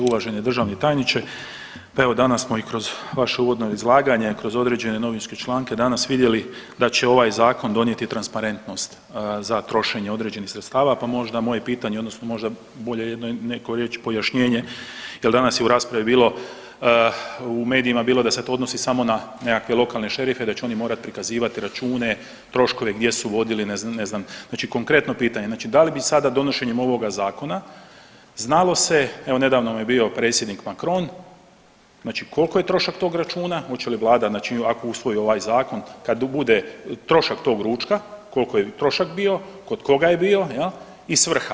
Uvaženi državni tajniče, pa evo danas smo i kroz vaše uvodno izlaganje, kroz određene novinske članke danas vidjeli da će ovaj zakon donijeti transparentnost za trošenje određenih sredstava pa možda moje pitanje odnosno može bolje reći, pojašnjenje kada je u raspravi bilo, u medijima bilo da se to odnosi samo na nekakve lokalne šerife, da će oni morati prikazivati račune, troškove gdje su vodili ne znam, znači konkretno pitanje, znači da li bi sada donošenje ovoga zakona znalo se evo nedavno nam je bio predsjednik Macron, znači koliko je trošak tog računa, hoće li Vlada znači ako usvoji ovaj zakon, kad bude trošak tog ručka, koliko je trošak bio, kod koga je bio, jel' i svrha?